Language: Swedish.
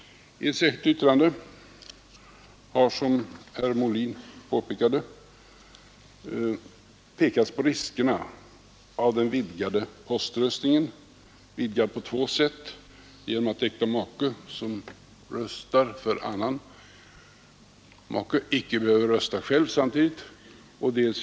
I ett särskilt yttrande har man, som herr Molin framhöll, påpekat riskerna av den vidgade poströstningen. Poströstningen föreslås vidgad på två sätt: äkta make som röstar för annan make behöver icke samtidigt rö själv.